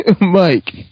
Mike